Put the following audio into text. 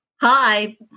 Hi